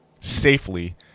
safely